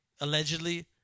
allegedly